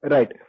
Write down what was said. Right